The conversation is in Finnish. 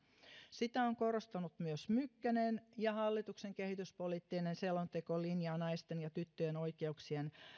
sitä on korostanut myös mykkänen ja hallituksen kehityspoliittinen selonteko linjaa naisten ja tyttöjen oikeuksien